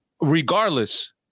Regardless